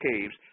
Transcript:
caves